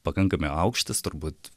pakankamai aukštas turbūt